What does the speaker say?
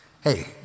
Hey